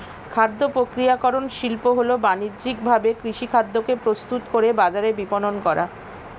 খাদ্যপ্রক্রিয়াকরণ শিল্প হল বানিজ্যিকভাবে কৃষিখাদ্যকে প্রস্তুত করে বাজারে বিপণন করা